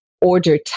order